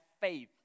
faith